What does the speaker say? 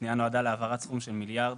הפנייה נועדה להעברת סכום של מיליארד